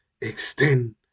extend